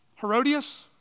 Herodias